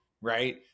right